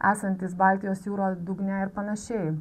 esantis baltijos jūros dugne ir panašiai